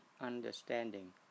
understanding